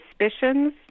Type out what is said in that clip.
suspicions